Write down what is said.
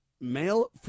male